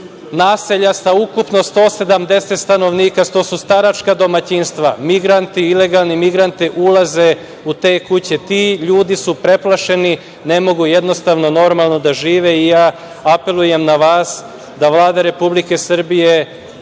naselja sa ukupno 170 stanovnika, to su staračka domaćinstva, migranti, ileglani migranti ulaze u te kuće, ti ljudi su preplašeni, ne mogu jednostavno normalno da žive i ja apelujem na vas da Vlada Republike Srbije